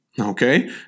Okay